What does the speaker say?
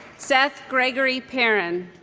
seth gregory perrin